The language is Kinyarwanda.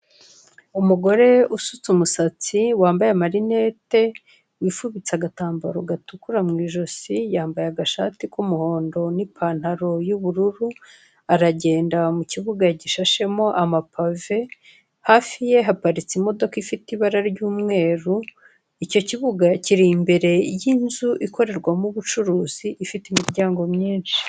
Umugore usutse umusatsi, wambaye amarinete, wifubitse agatambaro gatukura mu ijosi, yambaye agashati k'umuhondo n'ipantaro y'ubururu aragenda mu kibuga gishashemo amapave, hafi ye haparitse imodoka ifite ibara ry'umweru icyo kibuga kiri imbere y'inzu ikorerwamo ubucuruzi ifite imiryango myinshi.